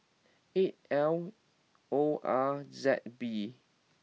eight L O R Z B